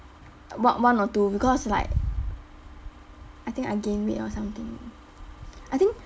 bought one or two because like I think I gain weight or something I think